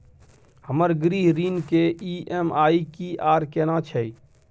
हमर गृह ऋण के ई.एम.आई की आर केना छै?